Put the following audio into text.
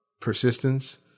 persistence